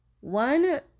one